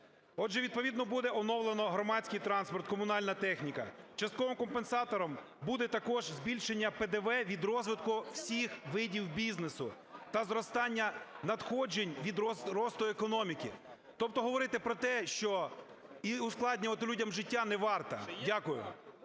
Отже, відповідно буде оновлено громадський транспорт, комунальна техніка. Частковим компенсатором буде також збільшення ПДВ від розвитку всіх видів бізнесу та зростання надходжень від росту економіки. Тобто говорити про те, що… і ускладнювати людям життя не варто. Дякую.